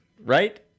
right